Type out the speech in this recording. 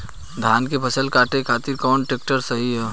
धान के फसल काटे खातिर कौन ट्रैक्टर सही ह?